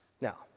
Now